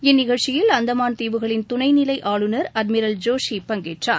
இந்நிகழ்ச்சியில் அந்தமான தீவுகளின் துணை நிலை ஆளுநர் அட்மிரல் ஜோஷி பங்கேற்றார்